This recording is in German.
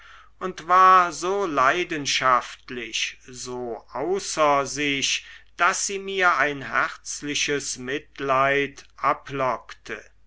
und war so leidenschaftlich so außer sich daß sie mir ein herzliches mitleid